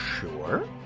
Sure